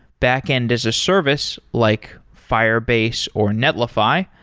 backend as a service, like firebase or netlify,